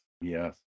yes